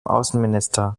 außenminister